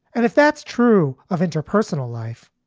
and if that's true of interpersonal life,